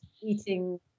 eating